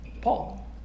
Paul